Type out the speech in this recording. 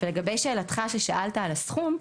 לגבי שאלתך על הסכום: